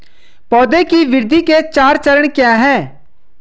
पौधे की वृद्धि के चार चरण क्या हैं?